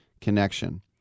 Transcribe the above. connection